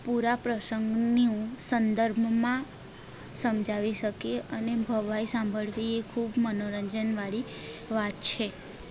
પૂરા પ્રસંગની સંદર્ભમાં સમજાવી શકે અને ભવાઇ સાંભળવી એ ખૂબ મનોરંજન વાળી વાત છે